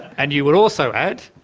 and you would also add?